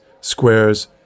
squares